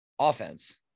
offense